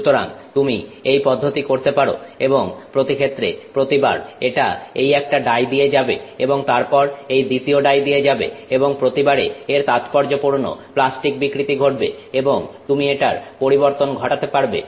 সুতরাং তুমি এই পদ্ধতি করতে পারো এবং প্রতিক্ষেত্রে প্রতিবার এটা এই একটা ডাই দিয়ে যাবে এবং তারপর এই দ্বিতীয় ডাই দিয়ে যাবে এবং প্রতিবারে এর তাৎপর্যপূর্ণ প্লাস্টিক বিকৃতি ঘটবে এবং তুমি এটার পরিবর্তন ঘটাতে পারবে